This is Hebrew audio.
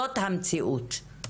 זאת המציאות.